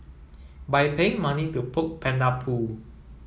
by paying money to poke panda poo